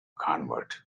convert